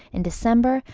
in december,